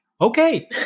Okay